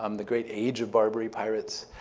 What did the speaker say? um the great age of barbary pirates,